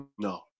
No